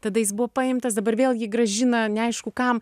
tada jis buvo paimtas dabar vėl jį grąžina neaišku kam